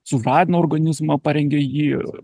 sužadina organizmą parengia jį